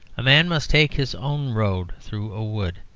a man must take his own road through a wood,